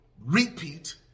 repeat